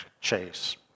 Chase